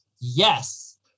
Yes